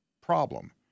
problem